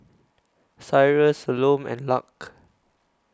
Cyrus Salome and Lark